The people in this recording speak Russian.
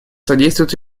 содействует